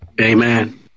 Amen